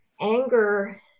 Anger